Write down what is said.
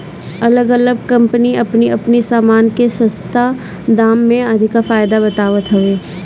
अलग अलग कम्पनी अपनी अपनी सामान के सस्ता दाम में अधिका फायदा बतावत हवे